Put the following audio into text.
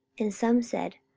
and some said,